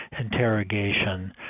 interrogation